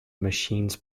machines